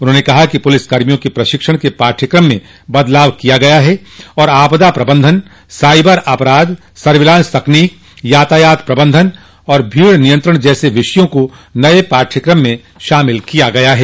उन्होंने कहा कि पुलिस कर्मियों के प्रशिक्षण के पाठ्यक्रम में बदलाव किया गया है और आपदा प्रबंधन साइबर अपराध सर्विलांस तकनीक यातायात प्रबंधन भीड़ नियंत्रण जैसे विषयों को नये पाठ्यक्रम में शामिल किया गया है